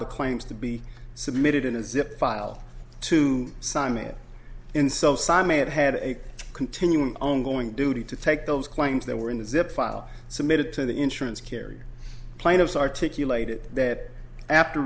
the claims to be submitted in a zip file to sign it in some sign may have had a continuing on going duty to take those claims that were in the zip file submitted to the insurance carrier plaintiffs articulated that after